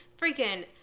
freaking